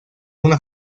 una